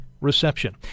reception